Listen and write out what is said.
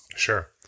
Sure